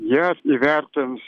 jie įvertins